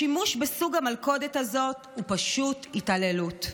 השימוש בסוג המלכודת הזה הוא פשוט התעללות.